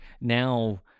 Now